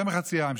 יותר מחצי העם,